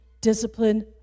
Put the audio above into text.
discipline